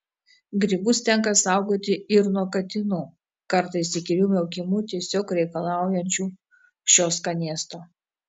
grybus tenka saugoti ir nuo katinų kartais įkyriu miaukimu tiesiog reikalaujančių šio skanėsto